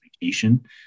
vacation